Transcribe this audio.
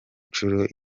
nshuro